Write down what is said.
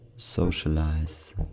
socialize